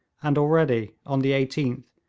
and already, on the eighteenth,